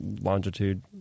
longitude